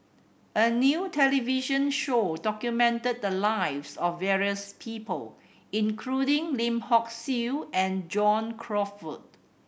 a new television show documented the lives of various people including Lim Hock Siew and John Crawfurd